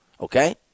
okay